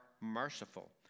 merciful